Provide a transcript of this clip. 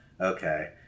okay